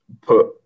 put